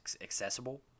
accessible